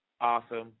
Awesome